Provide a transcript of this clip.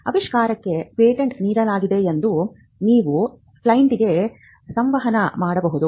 ಅವಿಷ್ಕಾರಕ್ಕೆ patent ನೀಡಲಾಗಿದೆ ಎಂದು ನೀವು ಕ್ಲೈಂಟ್ಗೆ ಸಂವಹನ ಮಾಡಬಹುದು